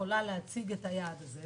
שיכולה להציג את היעד הזה.